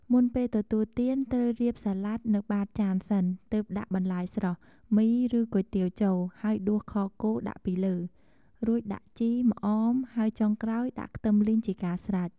មុនពេលទទួលទាន ត្រូវរៀបសាលាដនៅបាតចានសិន ទើបដាក់បន្លែស្រុះ មី ឬគុយទាវចូល ហើយដួសខគោដាក់ពីលើ រួចដាក់ជី ម្អម ហើយចុងក្រោយដាក់ខ្ទឹមលីងជាការស្រេច។